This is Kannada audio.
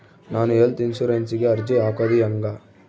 ನಾನು ಹೆಲ್ತ್ ಇನ್ಸುರೆನ್ಸಿಗೆ ಅರ್ಜಿ ಹಾಕದು ಹೆಂಗ?